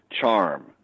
charm